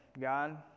God